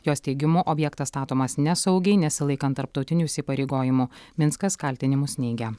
jos teigimu objektas statomas nesaugiai nesilaikant tarptautinių įsipareigojimų minskas kaltinimus neigia